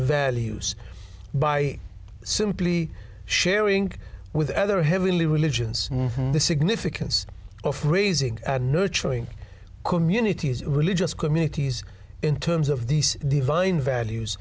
values by simply sharing with other heavenly religions the significance of raising and nurturing communities religious communities in terms of the divine values